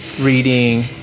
reading